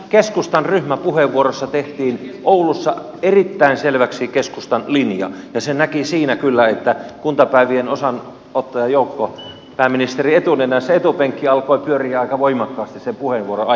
keskustan ryhmäpuheenvuorossa tehtiin oulussa erittäin selväksi keskustan linja ja sen näki siinä kyllä että kuntapäivien osanottajajoukko pääministeri etunenässä etupenkki alkoi pyöriä aika voimakkaasti sen puheenvuoron aikana